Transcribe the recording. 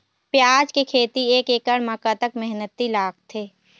प्याज के खेती एक एकड़ म कतक मेहनती लागथे?